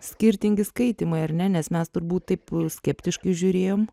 skirtingi skaitymai ar ne nes mes turbūt taip skeptiškai žiūrėjom